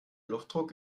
luftdruck